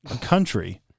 country